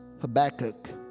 Habakkuk